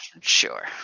sure